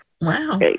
wow